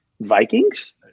Vikings